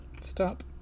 Stop